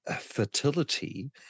fertility